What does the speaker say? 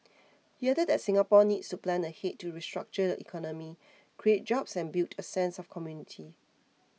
he added that Singapore needs to plan ahead to restructure the economy create jobs and build a sense of community